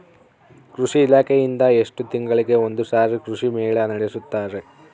ಕೃಷಿ ಇಲಾಖೆಯಿಂದ ಎಷ್ಟು ತಿಂಗಳಿಗೆ ಒಂದುಸಾರಿ ಕೃಷಿ ಮೇಳ ನಡೆಸುತ್ತಾರೆ?